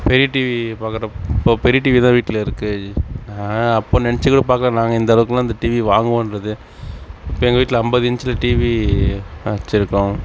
பெரிய டிவி பார்க்கறப் இப்போ பெரிய டிவி தான் வீட்டில் இருக்குது நான் அப்போ நினச்சி கூட பார்க்கல நாங்கள் இந்தளவுக்குலாம் இந்த டிவி வாங்குவோன்றதே இப்போ எங்கள் வீட்டில் ஐம்பது இன்ச்சில் டிவி வெச்சிருக்கோம்